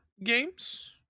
games